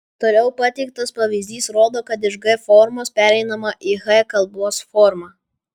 toliau pateiktas pavyzdys rodo kad iš g formos pereinama į h kalbos formą